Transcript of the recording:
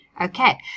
Okay